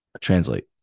Translate